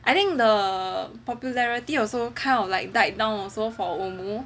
I think the popularity also kind of died down also for omu